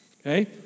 okay